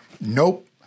Nope